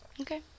Okay